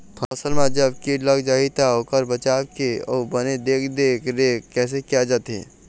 फसल मा जब कीट लग जाही ता ओकर बचाव के अउ बने देख देख रेख कैसे किया जाथे?